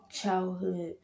childhood